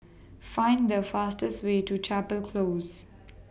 Find The fastest Way to Chapel Close